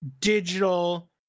digital